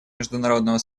международного